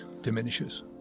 diminishes